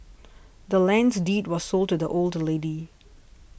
the land's deed was sold to the old lady